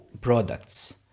products